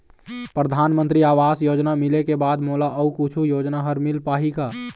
परधानमंतरी आवास योजना मिले के बाद मोला अऊ कुछू योजना हर मिल पाही का?